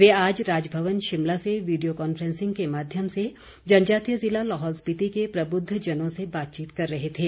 वे आज राजभवन शिमला से video conferencing के माध्यम से जनजातीय जिला लाहौल स्पिति के प्रबुद्धजनों से बातचीत कर रहे थे